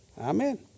Amen